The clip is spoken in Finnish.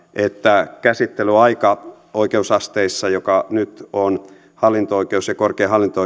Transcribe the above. että käsittelyaika oikeusasteissa joka nyt on hallinto oikeudessa ja korkeimmassa hallinto